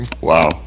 Wow